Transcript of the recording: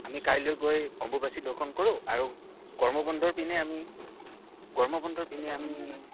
আমি কাইলৈ গৈ অম্বুবাচী দৰ্শন কৰোঁ আৰু গৰমৰ বন্ধৰ পিনে আমি গৰমৰ বন্ধৰ পিনে আমি